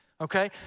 Okay